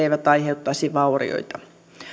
eivät aiheuttaisi vaurioita